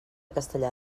castellar